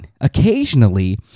occasionally